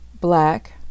Black